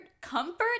comfort